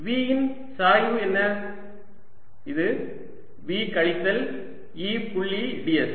V இன் சாய்வு என்ன இது V கழித்தல் E புள்ளி ds